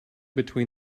between